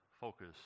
focus